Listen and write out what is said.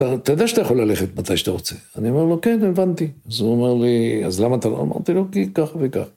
אתה יודע שאתה יכול ללכת מתי שאתה רוצה. אני אומר לו כן, הבנתי. אז הוא אומר לי, אז למה אתה לא אמרת לו? כי כך וכך.